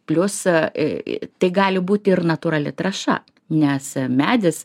pliusą į į tai gali būti ir natūrali trąša nes medis